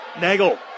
Nagel